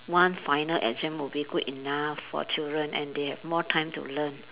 one final exam would be good enough for children and they have more time to learn